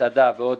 מסעדה ועוד